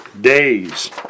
days